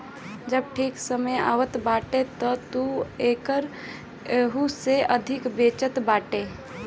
जब ठीक समय आवत बाटे तअ तू ओके एहू से अधिका में बेचत बाटअ